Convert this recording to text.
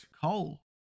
coal